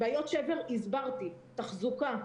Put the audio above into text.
בעיות שבר, הסברתי, תחזוקה,